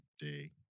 day